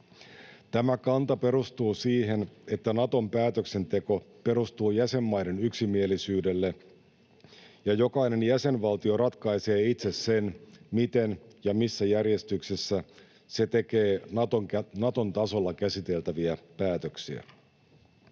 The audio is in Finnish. Tämä kanta perustuu siihen, että Naton päätöksenteko perustuu jäsenmaiden yksimielisyydelle ja jokainen jäsenvaltio ratkaisee itse sen, miten ja missä järjestyksessä se tekee Naton tasolla käsiteltäviä päätöksiä.